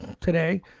today